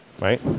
Right